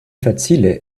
facile